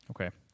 Okay